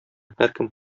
һәркем